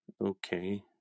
Okay